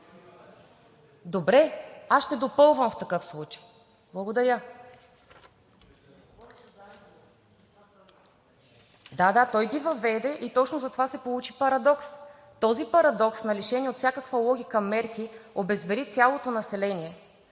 Добре, аз ще допълвам в такъв случай. Благодаря. Да, той ги въведе и точно затова се получи парадокс. Този парадокс на лишени от всякаква логика мерки обезвери цялото население